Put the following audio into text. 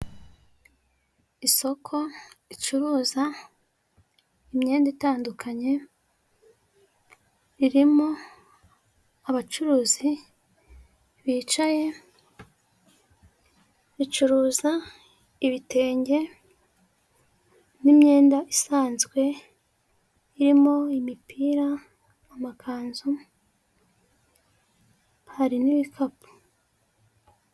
Isoko ricuruza imyenda itandukanye, ririmo abacuruzi bicaye, ricuruza ibitenge n'imyenda isanzwe, irimo imipira amakanzu hari n'ibikapu.